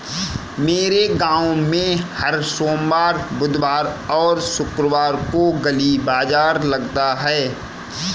मेरे गांव में हर सोमवार बुधवार और शुक्रवार को गली बाजार लगता है